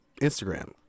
instagram